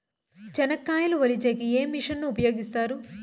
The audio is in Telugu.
చెనక్కాయలు వలచే కి ఏ మిషన్ ను ఉపయోగిస్తారు?